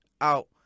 out